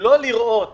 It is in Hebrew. לא לראות